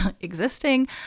existing